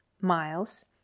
miles